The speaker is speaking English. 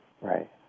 right